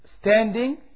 standing